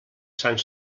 sant